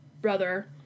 Brother